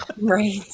Right